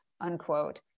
unquote